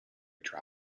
dry